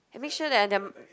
I make sure that their